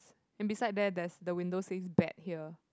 and beside there there's the windows face back here